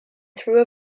through